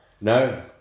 No